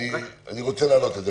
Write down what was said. אני רוצה להעלות את זה.